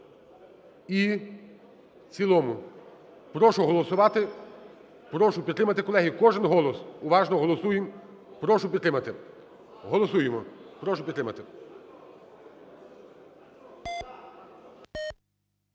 і в цілому. Прошу голосувати, прошу підтримати, колеги, кожен голос, уважно голосуємо. Прошу підтримати. Голосуємо, прошу підтримати.